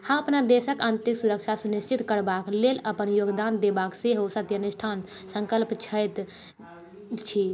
हम अपन देशक आन्तरिक सुरक्षा सुनिश्चित करबाक लेल अपन योगदान देबाक सेहो सत्यनिष्ठासँ संकल्प छथि छी